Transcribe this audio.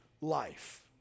life